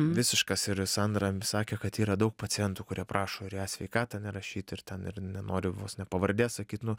visiškas ir sandra sakė kad yra daug pacientų kurie prašo ir į e sveikatą nerašyt ir ten ir nenori vos ne pavardės sakyt nu